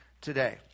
Today